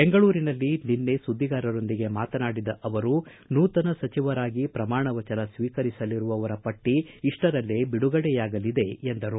ಬೆಂಗಳೂರಿನಲ್ಲಿ ನಿನ್ನೆ ಸುದ್ದಿಗಾರರೊಂದಿಗೆ ಮಾತನಾಡಿದ ಅವರು ನೂತನ ಸಚಿವರಾಗಿ ಪ್ರಮಾಣ ವಚನ ಸ್ವೀಕರಿಸಲಿರುವವರ ಪಟ್ಟ ಇಷ್ಟರಲ್ಲೇ ಬಿಡುಗಡೆಯಾಗಲಿದೆ ಎಂದರು